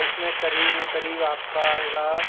इसमें करीब करीब आपका आएगा